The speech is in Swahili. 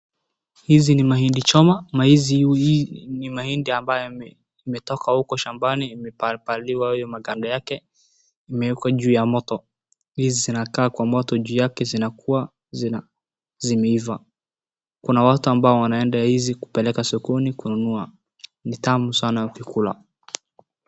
Hizi ni mahindi choma na hizi hua ni mahindi yenye imetoka huko shambani imepaliliwa hiyo maganda yake imewekwa juu ya moto juu yanakaa kwa mtoto juu yake zinaiva, kuna watu ambayo wanapeleka hizi kwa sokoni kunua, ni tamu sana ukikula.